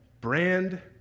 brand